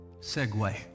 segue